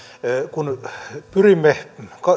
kun pyrimme